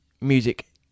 music